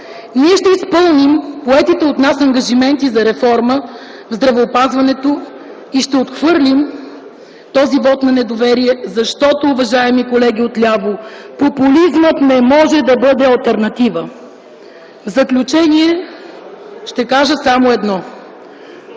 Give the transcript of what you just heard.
Ние ще изпълним поетите от нас ангажименти за реформа в здравеопазването и ще отхвърлим този вот на недоверие, защото, уважаеми колеги отляво, популизмът не може да бъде алтернатива. В заключение ще кажа само едно.